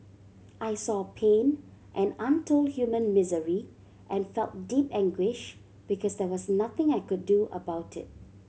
I saw pain and untold human misery and felt deep anguish because there was nothing I could do about it